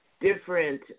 Different